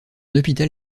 hôpital